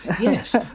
yes